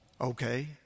Okay